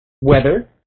Weather